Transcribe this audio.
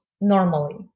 normally